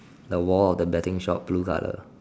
the wall of the betting shop blue colour